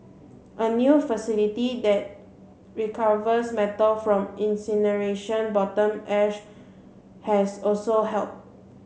a new facility that recovers metal from incineration bottom ash has also helped